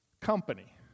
company